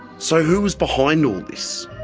so who was behind all this?